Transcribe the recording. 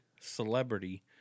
celebrity